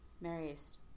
Marius